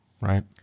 Right